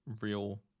real